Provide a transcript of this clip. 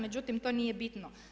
Međutim, to nije bitno.